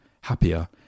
happier